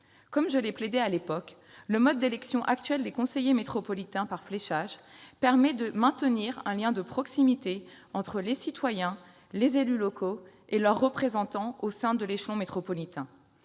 Comme je l'ai plaidé à l'époque, le mode d'élection actuel des conseillers métropolitains par fléchage permet de maintenir un lien de proximité entre les citoyens, les élus locaux et leurs représentants au sein de l'échelon métropolitain.